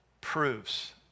proves